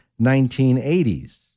1980s